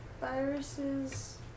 viruses